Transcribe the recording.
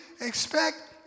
expect